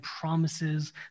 promises